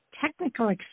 technical